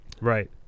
Right